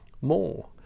more